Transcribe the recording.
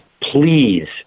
Please